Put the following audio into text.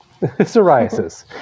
Psoriasis